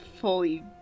fully